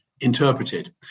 interpreted